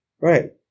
Right